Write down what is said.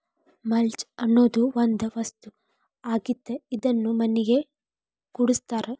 mulch ಅನ್ನುದು ಒಂದ ವಸ್ತು ಆಗಿದ್ದ ಇದನ್ನು ಮಣ್ಣಿಗೆ ಕೂಡಸ್ತಾರ